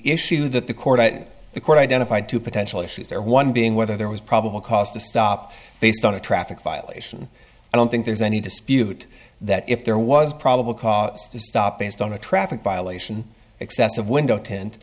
issue that the court that the court identified two potential issues there one being whether there was probable cause to stop based on a traffic violation i don't think there's any dispute that if there was probable cause to stop based on a traffic violation excessive window tint